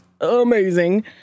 amazing